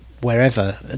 wherever